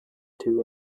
two